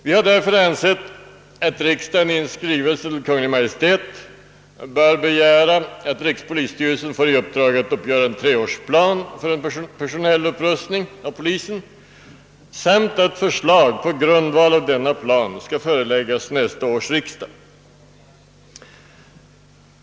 Vi har därför ansett att riksdagen i en skrivelse till Kungl. Maj:t bör begära att rikspolisstyrelsen får i uppdrag att uppgöra en treårsplan för en personell upprustning av polisen samt att förslag på grundval av denna plan skall föreläggas nästa års riksdag.